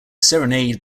serenade